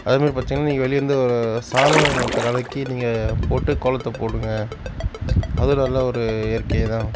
அது மாதிரி பார்த்திங்கனா நீங்கள் வெளியேருந்து வர சாணத்தை கலக்கி நீங்கள் போட்டு கோலத்தை போடுங்க அதுவும் நல்ல ஒரு இயற்கை தான்